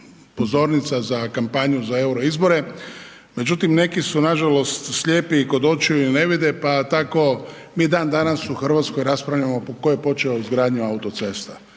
pozornica za kampanju za euro izbore. Međutim, neki su nažalost slijepi i kod očiju i ne vide, pa tako mi dan danas u RH raspravljamo tko je počeo izgradnju autocesta.